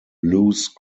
loose